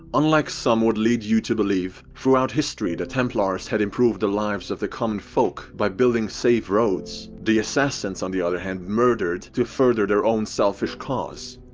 unlike some would lead you to believe, throughout history the templars had improved the lives of the common folk by building safe roads, the assassins on the other hand and murdered to further their own selfish cause.